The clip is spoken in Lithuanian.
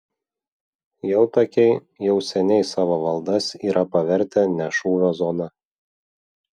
jautakiai jau seniai savo valdas yra pavertę ne šūvio zona